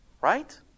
right